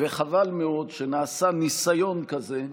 וחבל מאוד שנעשה ניסיון כזה,